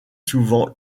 souvent